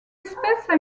espèce